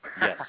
Yes